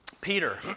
Peter